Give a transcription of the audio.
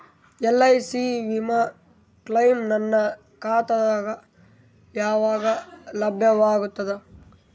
LIC ವಿಮಾ claim ನನ್ನ ಖಾತಾಗ ಯಾವಾಗ ಲಭ್ಯವಾಗತದ?